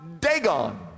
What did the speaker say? Dagon